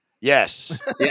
Yes